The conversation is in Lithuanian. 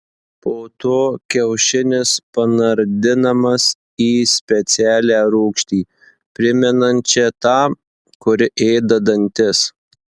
po to kiaušinis panardinamas į specialią rūgštį primenančią tą kuri ėda dantis